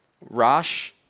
Rosh